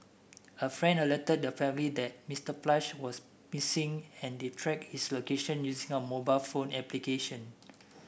a friend alerted the family that Mister Plush was missing and they tracked his location using a mobile phone application